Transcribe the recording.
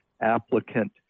applicant